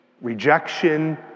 rejection